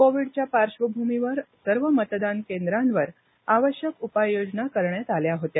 कोविडच्या पार्श्वभूमीवर सर्व मतदान केंद्रांवर आवश्यक उपाययोजना करण्यात आल्या होत्या